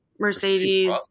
Mercedes